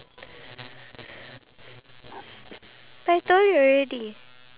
that's good for you for me no I haven't achieved